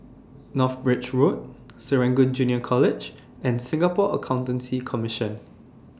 North Bridge Road Serangoon Junior College and Singapore Accountancy Commission